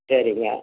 சரிங்க